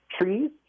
trees